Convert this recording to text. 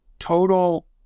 Total